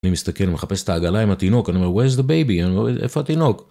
אני מסתכל, מחפש את העגלה עם התינוק, אני אומר, איפה התינוק?